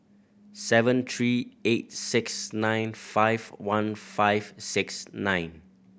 seven three eight six nine five one five six nine